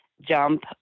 jump